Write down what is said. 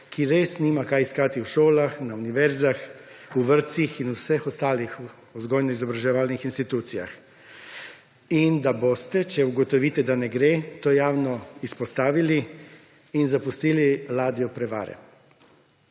ki res nima kaj iskati v šolah, na univerzah, v vrtcih in vseh ostalih vzgojno-izobraževalnih institucijah, in da boste, če ugotovite, da ne gre, to javno izpostavili in zapustili ladjo prevare.